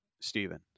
Stephen